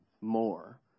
more